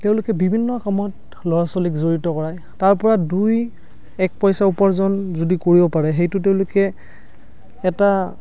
তেওঁলোকে বিভিন্ন কামত ল'ৰা ছোৱালীক জড়িত কৰায় তাৰ পৰা দুই এক পইচা উপাৰ্জন যদি কৰিব পাৰে সেইটো তেওঁলোকে এটা